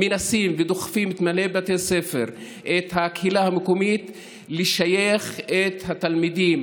מנסים ודוחפים את מנהלי בתי הספר ואת הקהילה המקומית לשייך את התלמידים,